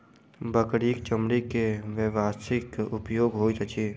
बकरीक चमड़ी के व्यवसायिक उपयोग होइत अछि